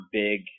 big